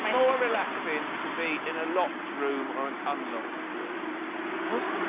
more relaxing to be in a locked room or an unlocked room what